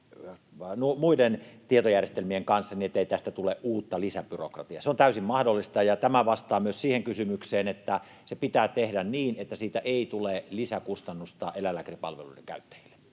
muiden tietojärjestelmien kanssa niin, ettei tästä tule uutta lisäbyrokratiaa. Se on täysin mahdollista, ja tämä vastaa myös siihen kysymykseen, että se pitää tehdä niin, että siitä ei tule lisäkustannusta eläinlääkäripalveluiden käyttäjille,